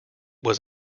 was